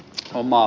kiitos